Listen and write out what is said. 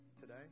today